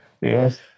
Yes